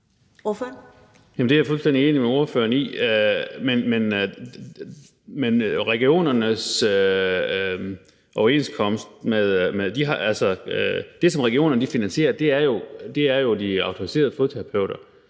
Det er jeg fuldstændig enig med ordføreren i, men det, som regionerne finansierer, er jo de autoriserede fodterapeuter.